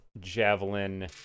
javelin